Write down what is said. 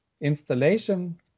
installation